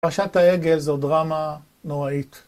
פרשת העגל זו דרמה נוראית